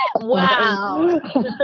Wow